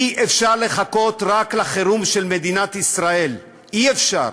אי-אפשר לחכות רק לחירום של מדינת ישראל, אי-אפשר.